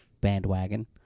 bandwagon